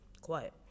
quiet